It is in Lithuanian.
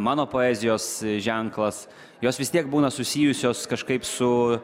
mano poezijos ženklas jos vis tiek būna susijusios kažkaip su